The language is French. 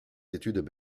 études